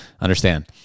Understand